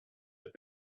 have